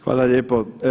Hvala lijepo.